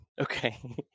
Okay